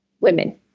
women